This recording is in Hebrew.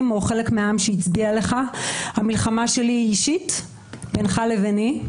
או חלק מהעם שהצביע לך אלא המלחמה שלי היא אישית בינך לביני.